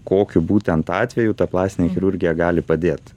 kokiu būtent atveju ta plastinė chirurgija gali padėt